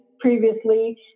previously